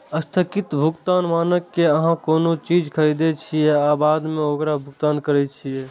स्थगित भुगतान मानक मे अहां कोनो चीज खरीदै छियै आ बाद मे ओकर भुगतान करै छियै